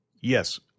Yes